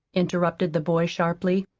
interrupted the boy sharply.